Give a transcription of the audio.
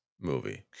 movie